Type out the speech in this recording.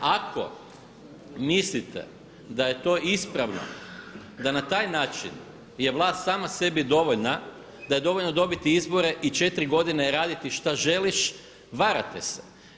Ako mislite da je to ispravno, da na taj način je vlast sama sebi dovoljna, da je dovoljno dobiti izbore i 4 godine raditi šta želiš varate se.